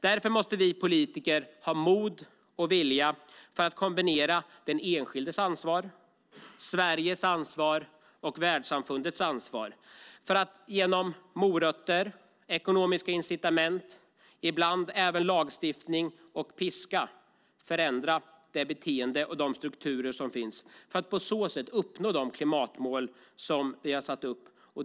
Därför måste vi politiker ha mod och vilja att kombinera den enskildes ansvar, Sveriges ansvar och världssamfundets ansvar och genom morötter, ekonomiska incitament, ibland lagstiftning och piska ändra de beteenden och strukturer som finns för att på så sätt uppnå de klimatmål som vi har satt upp.